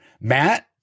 Matt